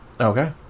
Okay